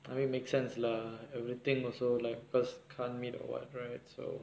I mean make sense lah everything also like because can't meet or what right so